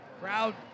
Crowd